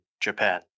Japan